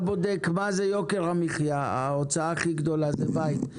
זה יוקר המחייה, ההוצאה הכי גדולה זה בית.